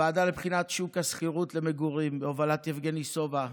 ועדה לבחינת שוק השכירות למגורים בהובלת יבגני סובה,